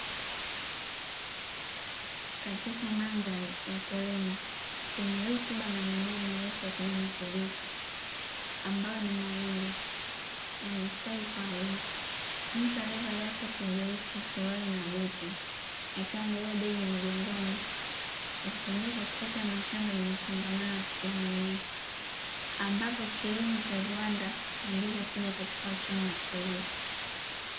Katika mandhari ya kilimo chenye rutuba na mimea mirefu ya kijani kibichi, ambayo ni mahindi yamestawi kwa wingi. Mtu aliyevalia koti jeusi, suruali na buti; akiwa amebeba begi mgongoni akitembea katika ya mashamba yenye msongamano wa mimea, ambapo kilimo cha viwanda huongeza tija katika uchumi wa kilimo.